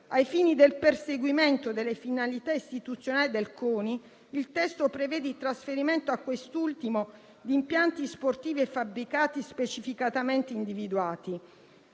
Ai fini del perseguimento delle finalità istituzionali del CONI, il testo prevede il trasferimento a quest'ultimo di impianti sportivi e fabbricati specificatamente individuati.